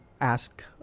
ask